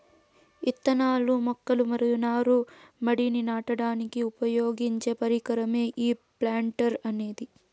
ఇత్తనాలు, మొక్కలు మరియు నారు మడిని నాటడానికి ఉపయోగించే పరికరమే ఈ ప్లాంటర్ అనేది